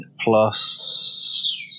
plus